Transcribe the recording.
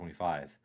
25